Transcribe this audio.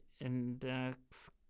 index